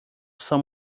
são